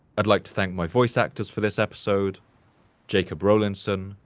i'd like to thank my voice actors for this episode jacob rowlinson,